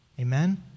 Amen